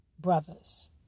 brothers